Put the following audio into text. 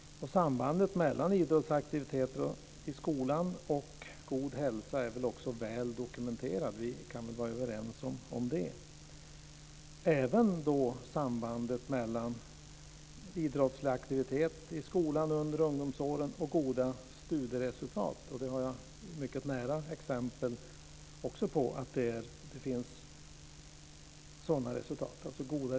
Sambandet mellan idrottsaktiviteter i skolan och god hälsa är också väl dokumenterat. Vi kan väl vara överens om det. Även sambandet mellan ökad idrottslig aktivitet i skolan under ungdomsåren och goda studieresultat har jag mycket nära exempel på.